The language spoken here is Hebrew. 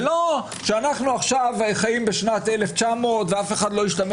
זה לא שאנו חיים בשנת 1900 ואף אחד לא ישתמש